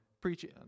preaching